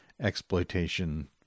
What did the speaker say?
exploitation